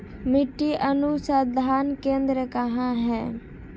मिट्टी अनुसंधान केंद्र कहाँ है?